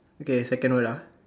okay second one ah